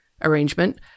arrangement